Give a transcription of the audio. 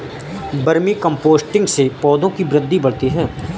vermi composting से पौधों की वृद्धि बढ़ती है